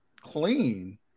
clean